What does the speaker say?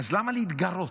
למה להתגרות?